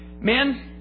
men